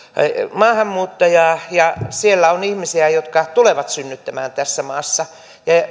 maahanmuuttajaa ja siellä on ihmisiä jotka tulevat synnyttämään tässä maassa